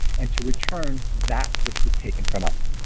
and to return that which was taken from us.